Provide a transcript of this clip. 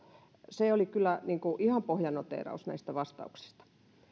se oli kyllä ihan pohjanoteeraus näistä vastauksista